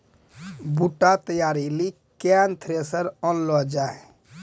बूटा तैयारी ली केन थ्रेसर आनलऽ जाए?